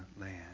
land